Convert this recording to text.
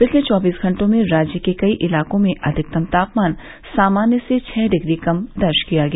पिछले चौबीस घंटों में राज्य के कई इलाकों में अधिकतम तापमान सामान्य से छह डिग्री कम दर्ज किया गया